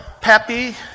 Pappy